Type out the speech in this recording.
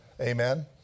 amen